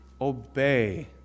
obey